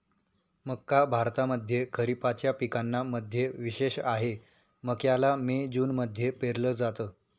मक्का भारतामध्ये खरिपाच्या पिकांना मध्ये विशेष आहे, मक्याला मे जून मध्ये पेरल जात